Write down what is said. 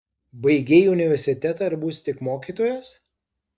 baigei universitetą ir būsi tik mokytojas